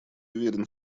уверен